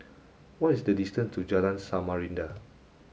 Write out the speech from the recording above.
what is the distance to Jalan Samarinda